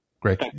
Great